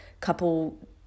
couple